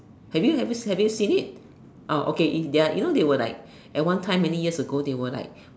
have you have you have you seen it oh okay if their you know they were like at one time many years ago they were like